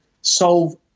solve